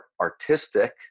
artistic